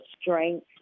strength